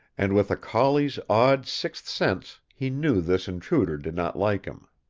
and with a collie's odd sixth sense he knew this intruder did not like him.